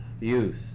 youth